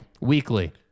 Weekly